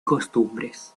costumbres